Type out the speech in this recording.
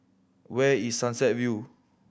where is Sunset View